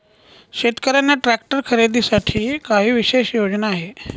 शेतकऱ्यांना ट्रॅक्टर खरीदीसाठी काही विशेष योजना आहे का?